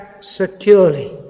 securely